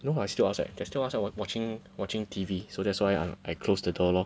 no ah still outside they're still outside watching watching T_V so that's why I I close the door lor